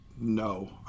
no